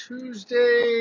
Tuesday